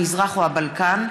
המזרח או הבלקן,